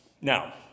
Now